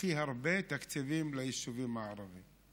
הכי הרבה תקציבים ליישובים הערביים.